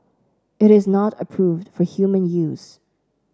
it is not approved for human use